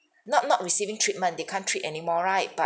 not not receiving treatment they can't treat any more right but